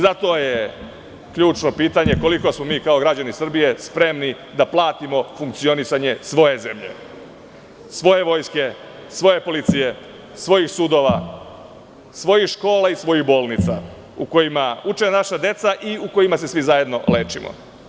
Zato je ključno pitanje, koliko smo mi kao građani Srbije spremni da platimo funkcionisanje svoje zemlje, svoje vojske, svoje policije, svojih sudova, svojih škola i svojih bolnica u kojima uče naša deca i u kojima se svi zajedno lečimo?